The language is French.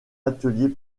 atelier